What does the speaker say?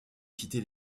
quitter